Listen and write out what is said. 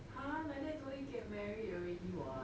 !huh! like that don't need get married already [what]